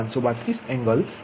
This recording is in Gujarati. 532 એંગલ 183